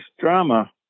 drama